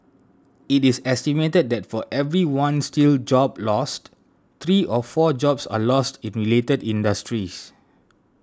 it is estimated that for every one steel job lost three or four jobs are lost in related industries